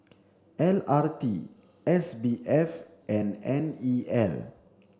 L R T S B F and N E L